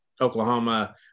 Oklahoma